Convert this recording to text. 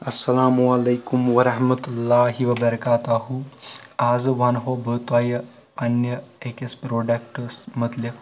السلام علیکم ورحمۃ اللہ وبرکاتہو آزٕ ونہو بہٕ تۄہہ پننہِ أکِس پروڈیٚکٹس متعلِق